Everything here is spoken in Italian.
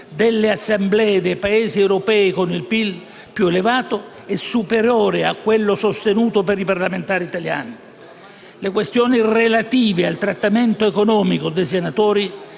delle Assemblee dei Paesi europei con il PIL più elevato è superiore a quello sostenuto per i parlamentari italiani. Le questioni relative al trattamento economico dei senatori